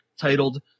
titled